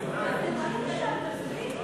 שעה), התשע"ג 2013,